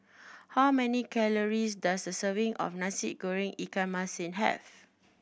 how many calories does a serving of Nasi Goreng ikan masin have